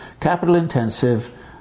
capital-intensive